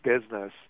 business